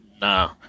No